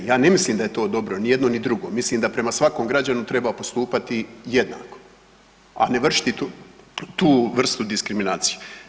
Ja ne mislim da je to dobro ni jedno ni drugo, mislim da prema svakom građaninu treba postupati jednako, a ne vršiti tu, tu vrstu diskriminacije.